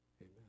Amen